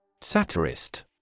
Satirist